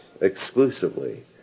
exclusively